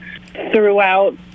throughout